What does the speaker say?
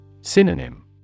Synonym